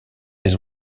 des